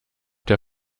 der